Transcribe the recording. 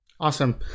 Awesome